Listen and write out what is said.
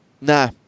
nah